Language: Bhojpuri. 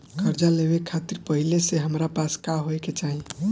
कर्जा लेवे खातिर पहिले से हमरा पास का होए के चाही?